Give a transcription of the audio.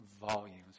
volumes